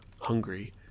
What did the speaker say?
hungry